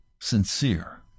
sincere